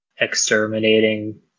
exterminating